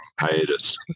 hiatus